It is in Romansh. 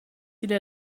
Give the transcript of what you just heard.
illa